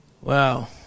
Wow